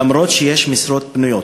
אף שיש משרות פנויות.